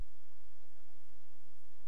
ואזכיר